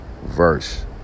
verse